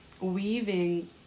weaving